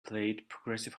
progressive